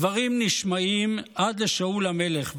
הדברים נשמעים עד לשאול המלך,